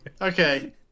Okay